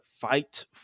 Fight